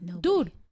dude